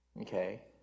okay